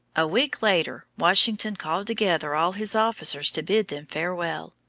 a week later, washington called together all his officers to bid them farewell,